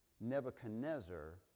Nebuchadnezzar